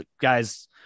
guys